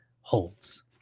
holds